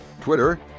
Twitter